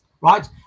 right